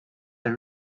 are